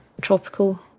tropical